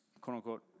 quote-unquote